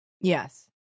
Yes